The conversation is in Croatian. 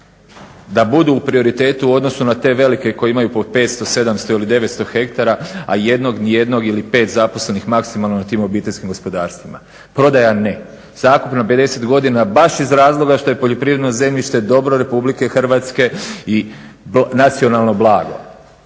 da budu u prioritetu u odnosu na te velike koji imaju po 500, 700 ili 900 hektara, a jednog, nijednog ili pet zaposlenih maksimalno na tim obiteljskim gospodarstvima? Prodaja ne, zakup na 50 godina baš iz razloga što je poljoprivredno zemljište dobro RH i nacionalno blago.